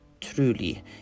Truly